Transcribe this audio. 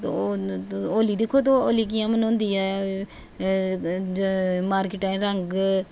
होली दिक्खो तोस होली कि'यां मनोंदी ऐ मारकिटें च रंग